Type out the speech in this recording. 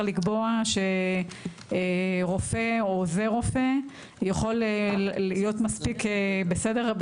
לקבוע שרופא או עוזר רופא יכול להיות מספיק בסדר,